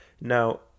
Now